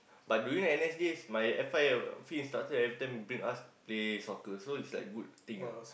but during N_S days my F_I field instructor everytime bring us play soccer so is like good thing ah